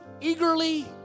eagerly